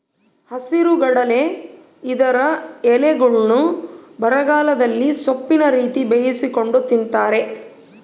ಹಸಿರುಗಡಲೆ ಇದರ ಎಲೆಗಳ್ನ್ನು ಬರಗಾಲದಲ್ಲಿ ಸೊಪ್ಪಿನ ರೀತಿ ಬೇಯಿಸಿಕೊಂಡು ತಿಂತಾರೆ